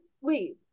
wait